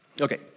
Okay